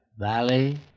Valley